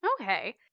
Okay